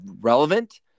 relevant